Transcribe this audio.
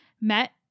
met